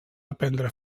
aprendre